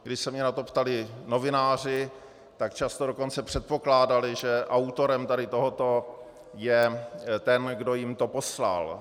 Když se mě na to ptali novináři, tak často dokonce předpokládali, že autorem tady tohoto je ten, kdo jim to poslal.